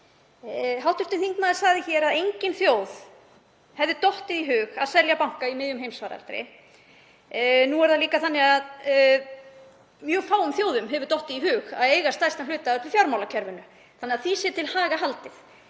Hv. þingmaður sagði hér að engri þjóð hefði dottið í hug að selja banka í miðjum heimsfaraldri. Nú er það líka þannig að mjög fáum þjóðum hefur dottið í hug að eiga stærstan hluta af öllu fjármálakerfinu, þannig að því sé til haga haldið.